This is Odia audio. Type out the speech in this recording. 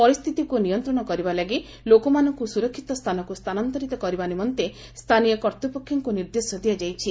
ପରିସ୍ଥିତିକୁ ନିୟନ୍ତ୍ରଣ କରିବା ଲାଗି ଳୋକମାନଙ୍କୁ ସୁରକ୍ଷିତ ସ୍ଥାନକୁ ସ୍ଥାନାନ୍ତରିତ କରିବା ନିମନ୍ତେ ସ୍ଥାନୀୟ କର୍ତ୍ତୃପକ୍ଷଙ୍କୁ ନିର୍ଦ୍ଦେଶ ଦିଆଯାଇଛି